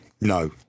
no